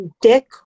Dick